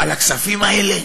על הכספים האלה?